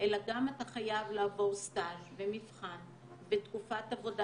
אלא גם אתה חייב לעבור סטז' ומבחן ותקופת עבודה